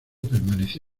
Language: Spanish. permanecí